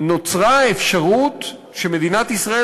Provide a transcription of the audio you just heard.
ונוצרה האפשרות שמדינת ישראל,